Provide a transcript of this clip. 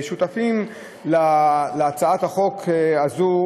שותפים להצעת החוק הזאת,